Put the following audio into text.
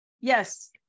Yes